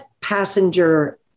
passenger